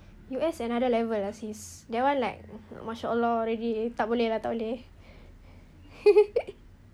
U_S another level lah sis that one like mashaallah already tak boleh lah tak boleh